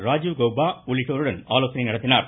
ராஜுவ் கவுபா உள்ளிட்டோருடன் ஆலோசனை நடத்தினார்